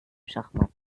schachmatt